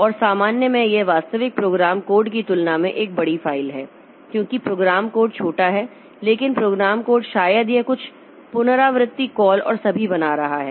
और सामान्य में यह वास्तविक प्रोग्राम कोड की तुलना में एक बड़ी फाइल है क्योंकि प्रोग्राम कोड छोटा है लेकिन प्रोग्राम कोड शायद यह कुछ पुनरावर्ती कॉल और सभी बना रहा है